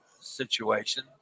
situation